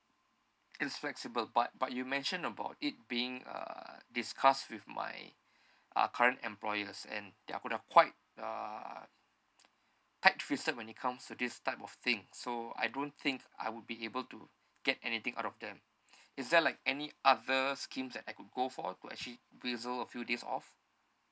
it's flexible but but you mention about it being uh discuss with my uh current employers and they're could a quite uh tightfisted when it comes to this type of thing so I don't think I would be able to get anything out of them is there like any other scheme that I could go for to actually reserve a few days off